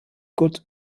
good